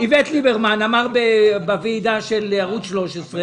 אם הבעיה היא רק עכו אז בואו נרחיב את זה עד לעכו ובזה נגמור את הסיפור.